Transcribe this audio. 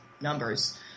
numbers